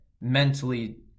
mentally